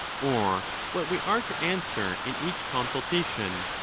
or what we are to answer in each consultation,